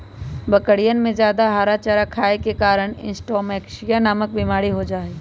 बकरियन में जादा हरा चारा खाये के कारण इंट्रोटॉक्सिमिया नामक बिमारी हो जाहई